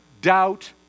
doubt